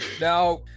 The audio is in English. Now